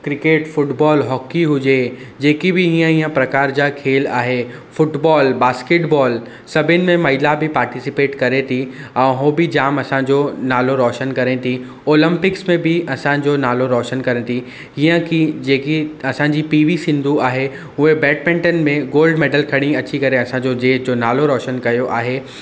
cricket football hockey हुजे जेकी बि ईअं ईअं प्रकार जा खेल आहे फुटबॉल बास्केटबॉल सभिनि में महिला बि पार्टिसिपेट करे थी ऐं हो बि जाम असांजो नालो रोशन करे थी ओलंपिक्स में बि असांजो नालो रोशन करे थी हीअं की जेकी असांजी पी वी सिंधू आहे उहे बैडमिंटन में गोल्ड मैडल खणी अचे करे असांजो देश जो नालो रोशन कयो आहे